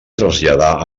traslladar